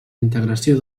integració